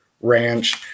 ranch